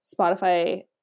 Spotify